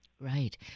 Right